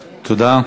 תודה.